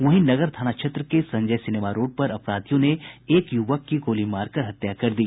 वहीं नगर थाना क्षेत्र के संजय सिनेमा रोड पर अपराधियों ने एक युवक की गोली मारकर हत्या कर दी